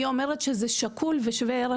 היא אומרת שזה שקול ושווה ערך.